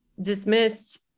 dismissed